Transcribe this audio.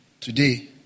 today